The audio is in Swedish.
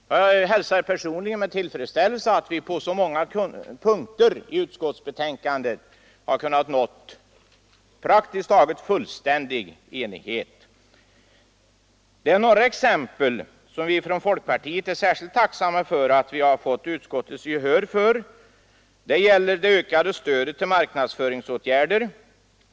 Jag hälsar personligen med tillfredsställelse att vi på så många punkter i utskottsbetänkandet har kunnat uppnå praktiskt taget fullständig enighet. I några fall är vi från folkpartiet särskilt tacksamma för att vi har fått utskottets gehör. Det gäller det ökade stödet till marknadsföringsåtgärder.